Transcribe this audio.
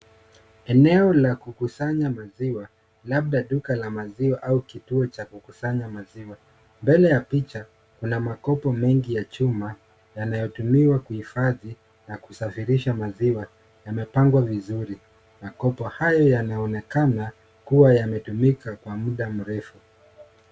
Eneo la kukusanya maziwa labda duka la maziwa au kituo cha kukusanya maziwa, mbele ya picha kuna Makopo mengi ya chuma yaliyotumika kuhifadhi na kusafirisha maziwa yamepangwa vizuri makopo hayo yanaonekana kuwa yametumika kwa muda mrefu.